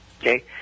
Okay